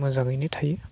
मोजाङैनो थायो